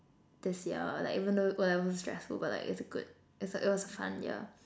this year like even though o-levels is stressful but like it's a good it's like oh it was a fun year